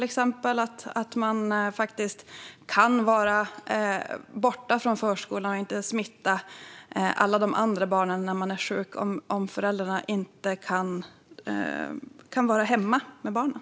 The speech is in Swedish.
Hur ska de kunna vara borta från förskolan och inte smitta alla de andra barnen när de är sjuka om föräldrarna inte kan vara hemma med dem?